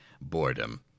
boredom